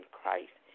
Christ